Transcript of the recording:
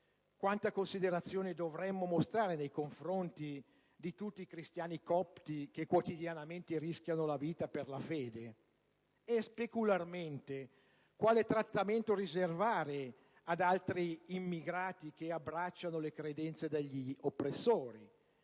quanta considerazione dovremmo mostrare nei confronti di tutti i cristiani copti che quotidianamente rischiano la vita per la fede? Specularmente, quale trattamento riservare ad altri immigrati che abbracciano le credenze degli oppressori?